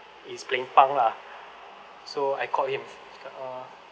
he's playing punk lah so I called him uh